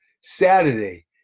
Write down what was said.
Saturday